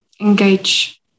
engage